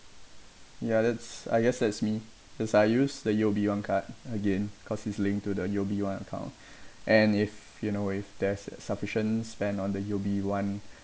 ya that's I guess that's me cause I use the U_O_B one card again cause it's linked to the U_O_B one account and if you know if there's a sufficient spend on the U_O_B one